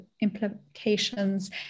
implications